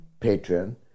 Patreon